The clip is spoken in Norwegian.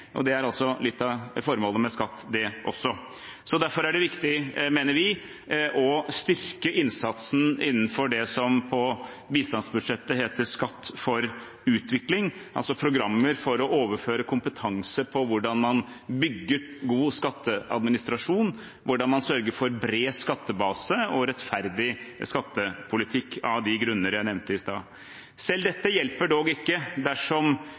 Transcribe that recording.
Skatt for utvikling, altså programmer for å overføre kompetanse i hvordan man bygger en god skatteadministrasjon, hvordan man sørger for en bred skattebase og en rettferdig skattepolitikk, av de grunner jeg nevnte i stad. Selv dette hjelper dog ikke dersom